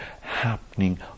happening